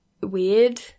weird